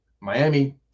Miami